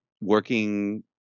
working